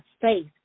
faith